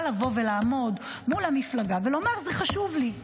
לבוא ולעמוד מול המפלגה ולומר: זה חשוב לי,